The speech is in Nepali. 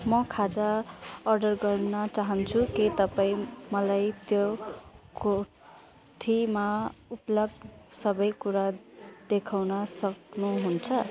म खाजा अर्डर गर्न चाहन्छु के तपाईँ मलाई त्यो कोठीमा उपलब्ध सबै कुरा देखाउन सक्नुहुन्छ